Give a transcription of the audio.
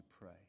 pray